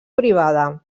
privada